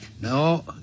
No